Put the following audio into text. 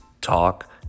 talk